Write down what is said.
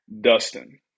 Dustin